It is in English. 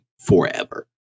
forever